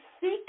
seek